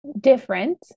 different